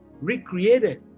recreated